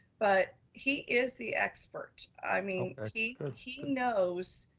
but he is the expert. i mean ah he he knows,